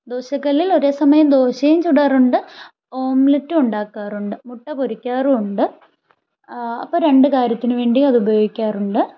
ദോശക്കല്ലിൽ ഒരേ സമയം ദോശയും ചുടാറുണ്ട് ഓംലെറ്റും ഉണ്ടാക്കാറുണ്ട് മുട്ട പൊരിക്കാറുമുണ്ട് അപ്പം രണ്ട് കാര്യത്തിന് വേണ്ടി അത് ഉപയോഗിക്കാറുണ്ട്